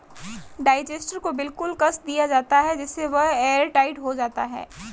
digester को बिल्कुल कस दिया जाता है जिससे वह एयरटाइट हो जाता है